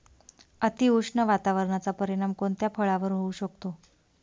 अतिउष्ण वातावरणाचा परिणाम कोणत्या फळावर होऊ शकतो?